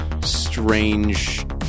strange